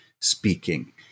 speaking